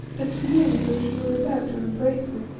and she made as though she were about to embrace him.